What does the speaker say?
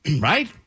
right